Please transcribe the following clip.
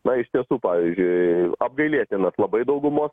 na iš tiesų pavyzdžiui apgailėtinas labai daugumos